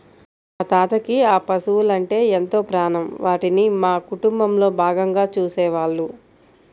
మా తాతకి ఆ పశువలంటే ఎంతో ప్రాణం, వాటిని మా కుటుంబంలో భాగంగా చూసేవాళ్ళు